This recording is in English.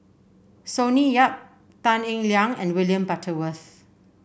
Sonny Yap Tan Eng Liang and William Butterworth